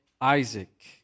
Isaac